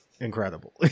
incredible